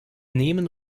nehmen